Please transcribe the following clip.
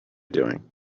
doing